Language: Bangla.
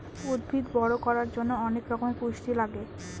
উদ্ভিদ বড়ো করার জন্য অনেক রকমের পুষ্টি লাগে